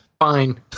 fine